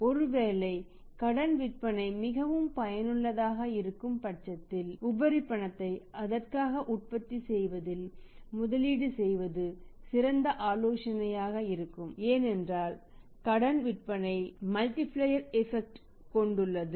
ஆனால் ஒருவேலை கடன் விற்பனை மிகவும் பயனுள்ளதாக இருக்கும் பட்சத்தில் ஸர்ப்லஸ் ஃபண்ட் ஐ கொண்டுள்ளது